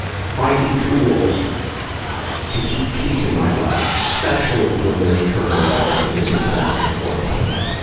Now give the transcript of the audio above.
finding tools to keep peace in my life, especially when there's turmoil or disappointment or pain,